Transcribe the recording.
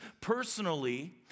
personally